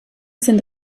sind